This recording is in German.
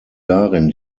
darin